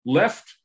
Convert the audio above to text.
left